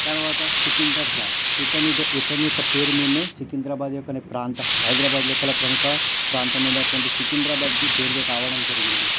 తరువాత సికిందర్ జా ఇతని దో ఇతని యొక్క పేరు మీన్నే సికింద్రాబాద్ యొక్కని ప్రాంత హైదరాబాద్ లోపల ప్రముఖ ప్రాంతమైనటువంటి సికింద్రాబాద్కి పేరు మీద రావడం జరిగింది